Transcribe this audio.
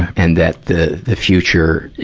and that the, the future,